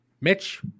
Mitch